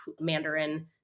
Mandarin